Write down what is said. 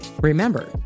Remember